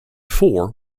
four